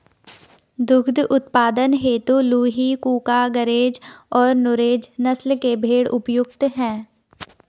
दुग्ध उत्पादन हेतु लूही, कूका, गरेज और नुरेज नस्ल के भेंड़ उपयुक्त है